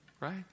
right